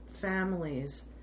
families